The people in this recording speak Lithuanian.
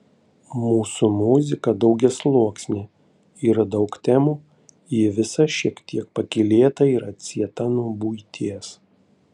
mūsų muzika daugiasluoksnė yra daug temų ji visa šiek tiek pakylėta ir atsieta nuo buities